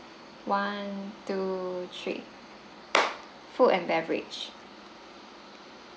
one two three food and beverage